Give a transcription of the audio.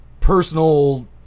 personal